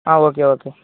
okay okay